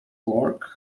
works